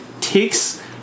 takes